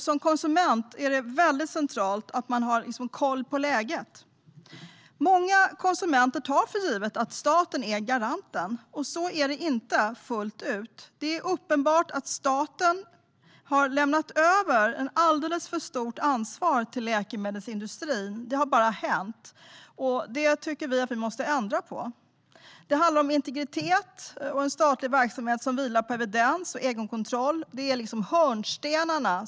Som konsument är det väldigt centralt att man har koll på läget. Många konsumenter tar för givet att staten är garanten. Så är det inte fullt ut. Det är uppenbart att staten har lämnat över ett alldeles för stort ansvar till läkemedelsindustrin. Det har bara hänt. Det måste vi ändra på. Det handlar om integritet och en statlig verksamhet som vilar på evidens och egenkontroll. Det ska vara hörnstenarna.